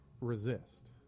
resist